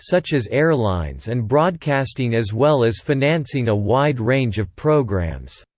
such as airlines and broadcasting as well as financing a wide range of programs.